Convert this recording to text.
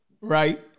right